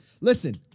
listen